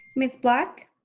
miss black?